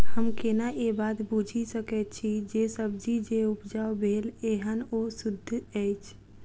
हम केना ए बात बुझी सकैत छी जे सब्जी जे उपजाउ भेल एहन ओ सुद्ध अछि?